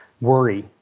worry